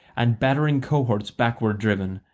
and battering cohorts backwards driven,